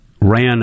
ran